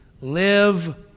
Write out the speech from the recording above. Live